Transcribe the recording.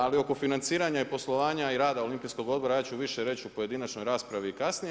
Ali oko financiranja i poslovanja i rada Olimpijskog odbora ja ću više reći u pojedinačnoj raspravi i kasnije.